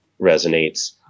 resonates